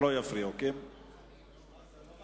חברי הכנסת,